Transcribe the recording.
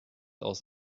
aus